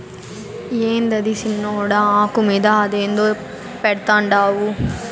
యాందది సిన్నోడా, ఆకు మీద అదేందో పెడ్తండావు